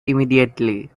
immediately